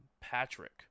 Patrick